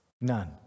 none